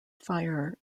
fire